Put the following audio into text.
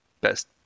best